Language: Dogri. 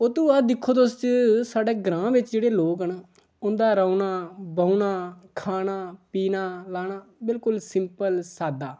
ओह् तू बाद च दिक्खो तुस साढ़े ग्रांऽ बिच्च जेह्ड़े लोक न उन्दा रौह्ना बौह्ना खाना पीना लाना बिलकुल सिंपल सादा